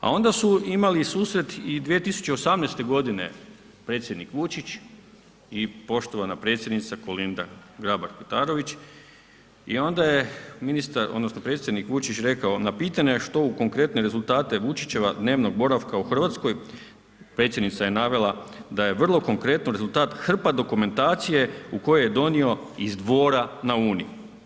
A onda su imali susret i 2018. godine predsjednik Vučić i poštovana predsjednica Kolinda Grabar Kitarović i onda je ministar odnosno predsjednik Vučić rekao na pitanja što u konkretne rezultate Vučićeva dnevnog boravka u Hrvatskoj, predsjednica je navela da je vrlo konkretno rezultat hrpa dokumentacije u kojoj je donio iz Dvora na Uni.